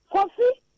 Coffee